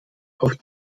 auf